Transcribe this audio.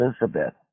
Elizabeth